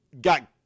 got